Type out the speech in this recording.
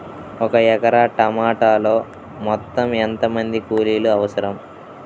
ఒక ఎకరా టమాటలో మొత్తం ఎంత మంది కూలీలు అవసరం?